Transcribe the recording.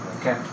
Okay